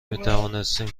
میتوانستیم